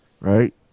right